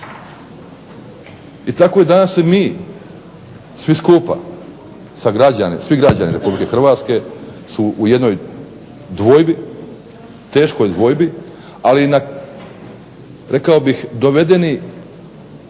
I tako i danas mi svi skupa, svi građani Republike Hrvatske su u jednoj dvojbi, teškoj dvojbi ali rekao bih dovedeni